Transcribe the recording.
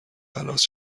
خلاص